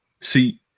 see